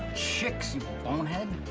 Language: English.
chicks, you bonehead.